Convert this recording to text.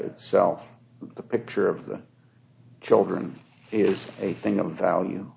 itself a picture of the children is a thing of value